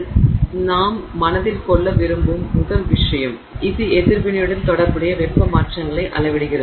எனவே நாம் மனதில் கொள்ள விரும்பும் முதல் விஷயம் இது எதிர்வினையுடன் தொடர்புடைய வெப்ப மாற்றங்களை அளவிடுகிறது